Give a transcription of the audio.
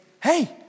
hey